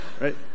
Right